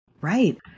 Right